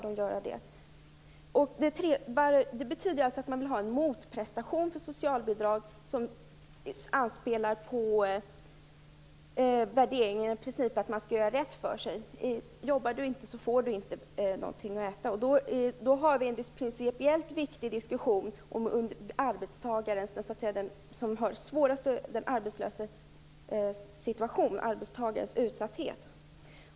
Det betyder att man vill ha en motprestation för socialbidraget. Det anspelar på värderingen att man skall göra rätt för sig - jobbar du inte, så får du inte något att äta. Det leder till en principiellt viktig diskussion om arbetstagarens utsatthet.